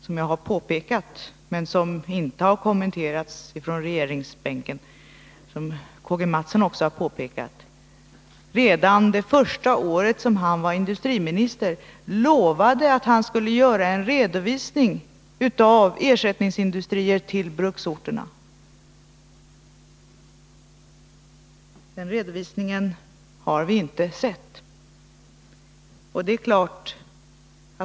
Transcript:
Mathsson har påpekat, men som inte har kommenterats från regeringsbänken — redan under det första året som han var industriminister att han skulle göra en redovisning av ersättningsindustrier till bruksorterna. Den redovisningen har vi inte sett till.